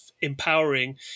empowering